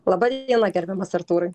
laba diena gerbiamas artūrai